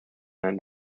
end